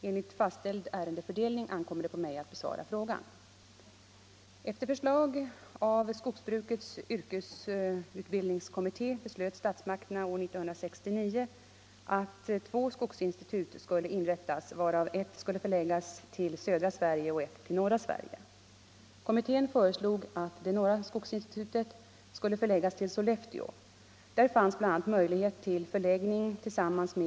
Enligt fastställd ärendefördelning ankommer det på mig att besvara frågan.